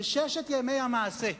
בששת ימי המעשה.